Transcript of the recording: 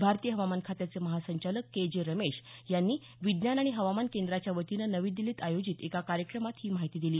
भारतीय हवामान खात्याचे महासंचालक के जे रमेश यांनी विज्ञान आणि हवामान केंद्राच्या वतीनं नवी दिल्लीत आयोजित एका कार्यक्रमात ही माहिती दिली